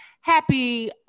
Happy